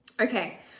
Okay